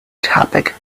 topic